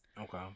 okay